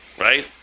Right